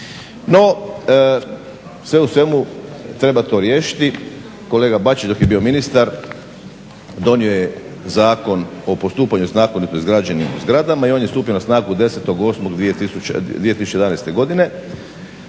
No, sve u svemu treba to riješiti. Kolega Bačić dok je bio ministar donio je Zakon o postupanju sa zakonito izgrađenim zgradama i on je stupio na snagu 10.8.2011. godine.